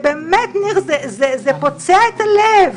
באמת ניר, זה פוצע את הלב.